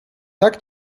tak